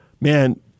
man